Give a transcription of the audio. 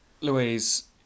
Louise